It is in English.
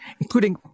including